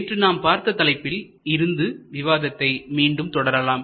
நேற்று நாம் பார்த்த தலைப்பில் இருந்து விவாதத்தை மீண்டும் தொடரலாம்